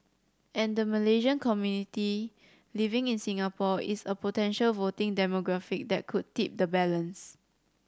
and the Malaysian community living in Singapore is a potential voting demographic that could tip the balance